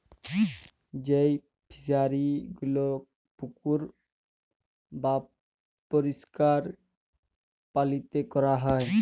যেই ফিশারি গুলো পুকুর বাপরিষ্কার পালিতে ক্যরা হ্যয়